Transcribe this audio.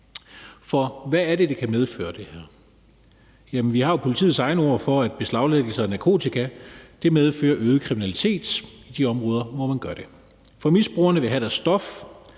For hvad er det, det her kan medføre? Jamen vi har jo politiets egne ord for, at beslaglæggelser af narkotika medfører øget kriminalitet i de områder, hvor man gør det. For misbrugerne vil have deres stof,